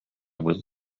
with